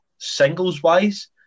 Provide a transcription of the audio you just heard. singles-wise